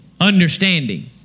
understanding